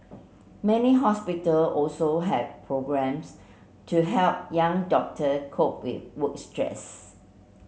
many hospital also have programmes to help young doctor cope with work stress